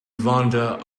vonda